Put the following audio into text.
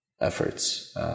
efforts